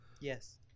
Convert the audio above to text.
Yes